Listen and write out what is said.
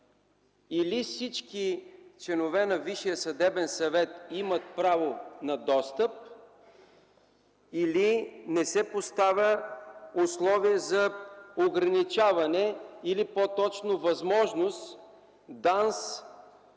Или всички членове на Висшия съдебен съвет имат право на достъп, или не се поставя условие за ограничаване или по-точно възможност ДАНС,